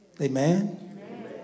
Amen